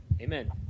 Amen